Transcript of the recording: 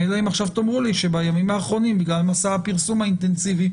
אלא אם כן עכשיו תאמרו לי שבימים האחרונים בגלל מסע הפרסום האינטנסיבי,